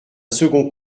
second